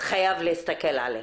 חייב להסתכל עליכם.